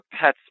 pet's